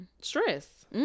Stress